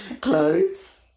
clothes